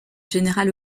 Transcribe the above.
général